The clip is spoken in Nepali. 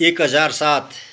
एक हजार सात